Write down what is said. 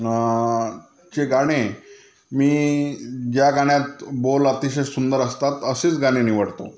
जे गाणे मी ज्या गाण्यात बोल अतिशय सुंदर असतात असेच गाणे निवडतो